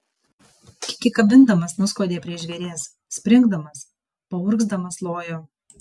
kiek įkabindamas nuskuodė prie žvėries springdamas paurgzdamas lojo